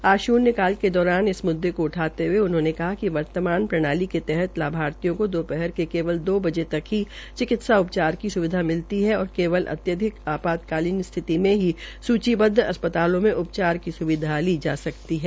आज शूल्य काल के दौरान इस मुद्दे को उठाते हये उन्होंने कहा कि वर्तमान प्रणाली के तहत लाभार्थियों को दोपहर के केवल दो बजे तक ही चिकित्सा उपचार की सुविधा मितली है और केवल अत्याधिक आपात्तकालीन स्थिति में ही सूचीबद्व अस्पतालों में उपचार की सुविधा ली जा सकती है